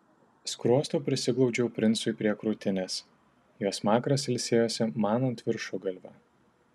skruostu prisiglaudžiau princui prie krūtinės jo smakras ilsėjosi man ant viršugalvio